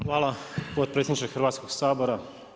Hvala potpredsjedniče Hrvatskog sabora.